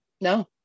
No